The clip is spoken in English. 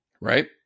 right